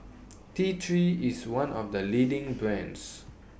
T three IS one of The leading brands